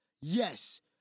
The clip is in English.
Yes